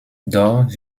doch